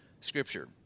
scripture